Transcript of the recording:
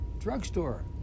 Drugstore